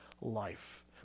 life